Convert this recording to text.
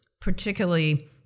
particularly